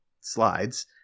slides